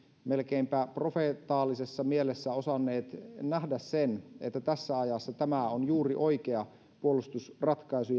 melkeinpä profeetallisessa mielessä osanneet nähdä että tässä ajassa tämä on juuri oikea puolustusratkaisu